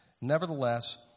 Nevertheless